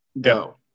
go